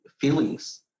feelings